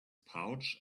pouch